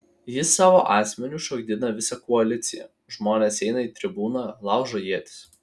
jis savo asmeniu šokdina visą koaliciją žmonės eina į tribūną laužo ietis